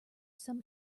some